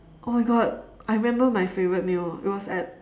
oh my god I remember my favorite meal it was at